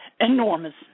enormous